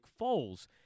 Foles